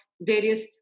various